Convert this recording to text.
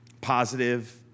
positive